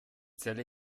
zähle